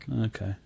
Okay